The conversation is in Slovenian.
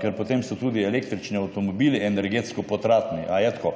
Ker potem so tudi električni avtomobili energetsko potratni, a je tako?